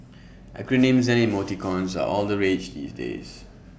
acronyms and emoticons are all the rage these days